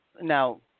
Now